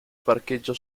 parcheggio